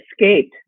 escaped